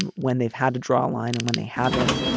and when they've had to draw a line and when they haven't.